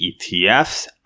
ETFs